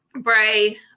Bray